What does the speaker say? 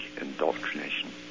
indoctrination